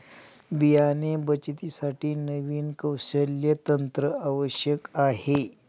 बियाणे बचतीसाठी नवीन कौशल्य तंत्र आवश्यक आहे